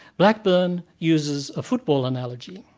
blackburn uses a football analogy.